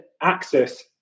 access